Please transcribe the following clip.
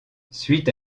suite